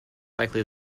likely